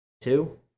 Two